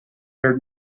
heard